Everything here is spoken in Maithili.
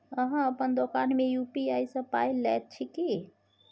अहाँ अपन दोकान मे यू.पी.आई सँ पाय लैत छी की?